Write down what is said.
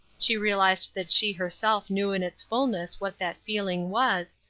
she realized that she herself knew in its fulness what that feeling was,